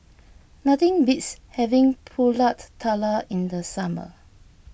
nothing beats having Pulut Tatal in the summer